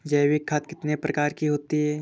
जैविक खाद कितने प्रकार की होती हैं?